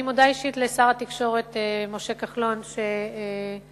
אני מודה אישית לשר התקשורת משה כחלון שגילה